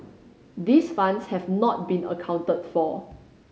these funds have not been accounted for